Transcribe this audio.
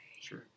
Sure